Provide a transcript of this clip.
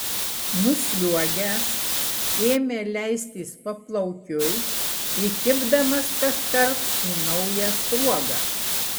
nusliuogęs ėmė leistis paplaukiui įkibdamas kaskart į naują sruogą